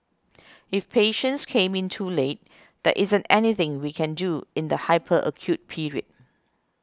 if patients come in too late there isn't anything we can do in the hyper acute period